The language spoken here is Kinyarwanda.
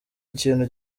ikintu